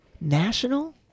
national